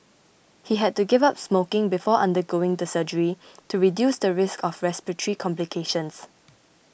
he had to give up smoking before undergoing the surgery to reduce the risk of respiratory complications